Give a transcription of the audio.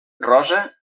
rosa